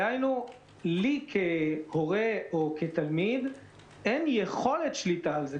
דהיינו לי כהורה או כתלמיד אין יכולת שליטה על זה.